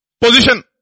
Position